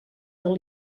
del